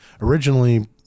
originally